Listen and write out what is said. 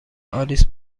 آلیس